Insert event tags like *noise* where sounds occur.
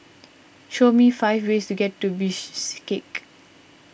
show me five ways to get to *unintelligible*